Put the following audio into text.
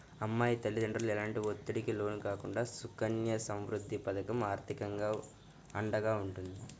అమ్మాయి తల్లిదండ్రులు ఎలాంటి ఒత్తిడికి లోను కాకుండా సుకన్య సమృద్ధి పథకం ఆర్థికంగా అండగా ఉంటుంది